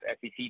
SEC